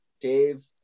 dave